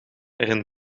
erin